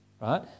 right